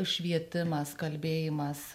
švietimas kalbėjimas